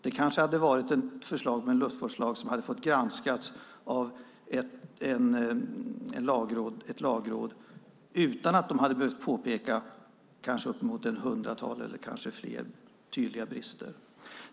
Det kanske hade varit ett förslag till luftfartslag som hade granskats av Lagrådet utan att de hade behövt påpeka uppemot ett hundratal eller kanske fler tydliga brister.